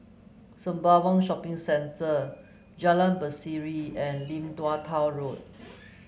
Sembawang Shopping Centre Jalan Berseri and Lim Tua Tow Road